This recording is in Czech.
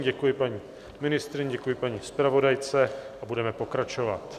Děkuji paní ministryni, děkuji paní zpravodajce a budeme pokračovat.